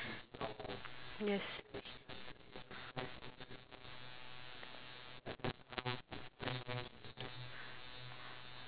yes